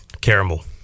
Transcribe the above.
caramel